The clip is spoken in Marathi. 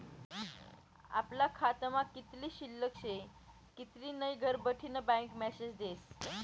आपला खातामा कित्ली शिल्लक शे कित्ली नै घरबठीन बँक मेसेज देस